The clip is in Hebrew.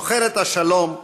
שוחרת השלום,